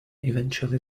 eventually